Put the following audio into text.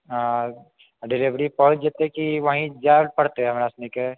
हँ डिलेवरी पहुँच जेतै की वही जाय परतै हमरा सबके